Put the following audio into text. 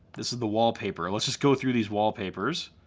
this is the wallpaper. let's just go through these wallpapers.